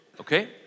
okay